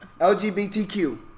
LGBTQ